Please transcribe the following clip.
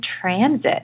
transit